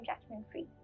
judgment-free